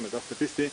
מידע סטטיסטי,